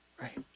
Right